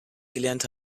gelernt